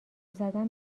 زدن